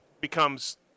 becomes